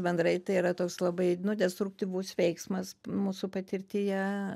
bendrai tai yra toks labai nu destruktyvus veiksmas mūsų patirtyje